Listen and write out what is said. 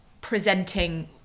presenting